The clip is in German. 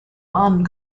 ahnen